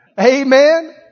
Amen